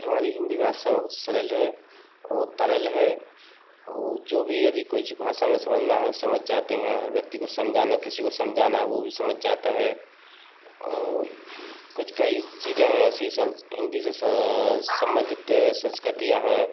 हमारी हिन्दी भाषा बहुत सरल है और तरल है और जो भी यदि कुछ भाषा में समझना है समझ जाते हैं हर व्यक्ति को समझाना किसी को समझाना है वह भी समझ जाता है और कुछ कई चीज़ें हैं ऐसी हिन्दी से संबंधित संस्कृतियाँ हैं